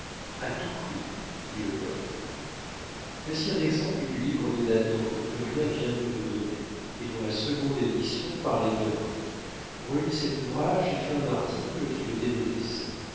a tout prix dit le poète voici un exemplaire du livre de nathan que dauriat vient de me donner et dont la seconde édition paraît demain relis cet ouvrage et fais un article qui le démolisse